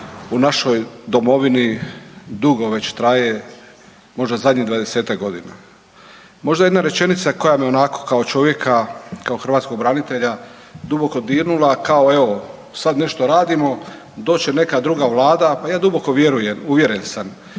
u našoj domovini dugo već traje, možda zadnjih 20-tak godina. Možda jedna rečenica koja me onako kao čovjeka, kao hrvatskog branitelja duboko dirnula, kao evo sad nešto radimo, doći će neka druga vlada, a ja duboko vjerujem, uvjeren sam